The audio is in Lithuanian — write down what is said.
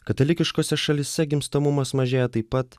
katalikiškose šalyse gimstamumas mažėja taip pat